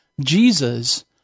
Jesus